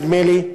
נדמה לי.